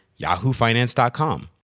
YahooFinance.com